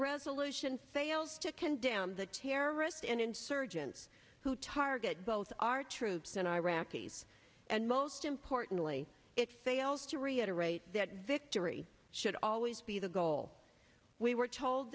resolution fails to condemn the terrorists and insurgents who target both our troops and iraqis and most importantly it fails to reiterate that victory should always be the goal we were told